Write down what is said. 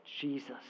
Jesus